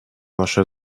нашей